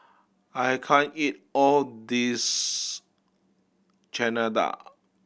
I can't eat all this Chana Dal